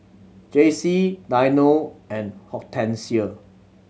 Jacey Dino and Hortensia